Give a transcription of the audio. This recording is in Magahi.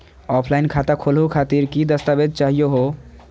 ऑफलाइन खाता खोलहु खातिर की की दस्तावेज चाहीयो हो?